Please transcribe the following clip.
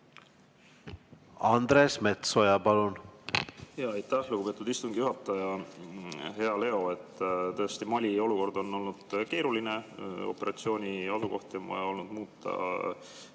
Andres Metsoja, palun! Aitäh, lugupeetud istungi juhataja! Hea Leo! Tõesti, Mali olukord on olnud keeruline. Operatsiooni asukohti on vaja olnud muuta,